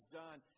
done